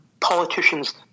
politicians